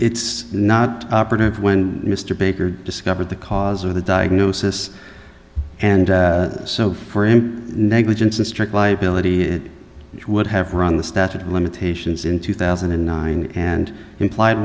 it's not operative when mr baker discovered the cause of the diagnosis and so for him negligence and strict liability it would have run the statute of limitations in two thousand and nine and implied